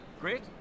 great